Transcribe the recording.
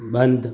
બંધ